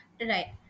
Right